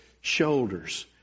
shoulders